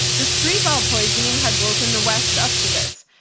the skripal poisoning had woken the west up to this.